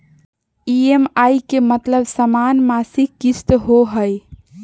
EMI के मतलब समान मासिक किस्त होहई?